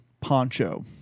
poncho